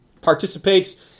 participates